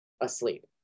asleep